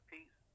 Peace